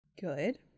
good